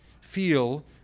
feel